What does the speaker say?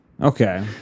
Okay